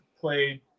played